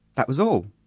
that was all.